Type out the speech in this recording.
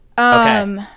Okay